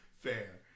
Fair